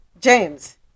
James